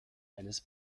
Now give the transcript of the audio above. eines